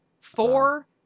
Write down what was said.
four